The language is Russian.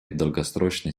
долгосрочной